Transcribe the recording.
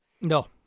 No